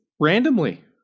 randomly